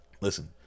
Listen